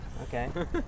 Okay